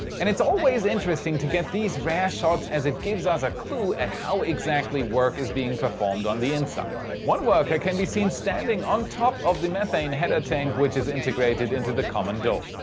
and it's always interesting to get these rare shots as it gives us a clue at how exactly work is being performed on the inside. one worker can be seen standing on top of the methane header tank which is integrated into the common dome.